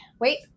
wait